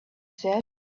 said